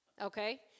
Okay